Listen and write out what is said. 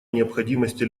необходимости